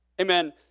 Amen